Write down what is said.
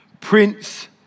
Prince